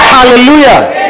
Hallelujah